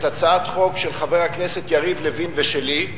הצעת חוק של חבר הכנסת יריב לוין ושלי,